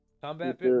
combat